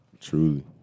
Truly